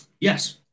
Yes